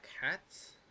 hats